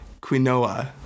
quinoa